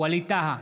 ווליד טאהא,